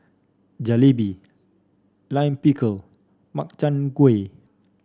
Jalebi Lime Pickle Makchang Gui